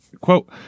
quote